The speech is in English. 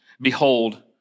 Behold